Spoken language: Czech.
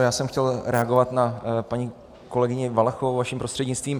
Já jsem chtěl reagovat na paní kolegyni Valachovou vaším prostřednictvím.